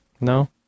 No